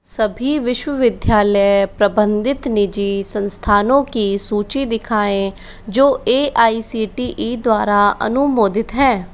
सभी विश्वविद्यालय प्रबंधित निजी संस्थानों की सूची दिखाएँ जो A I C T E द्वारा अनुमोदित हैं